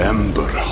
Ember